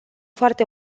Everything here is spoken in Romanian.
foarte